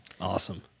Awesome